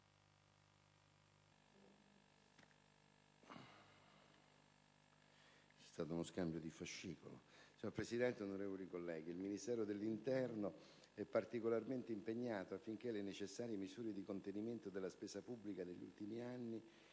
il Ministero dell'interno è particolarmente impegnato affinché le necessarie misure di contenimento della spesa pubblica degli ultimi anni